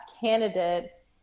candidate